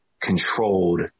controlled